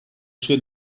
sue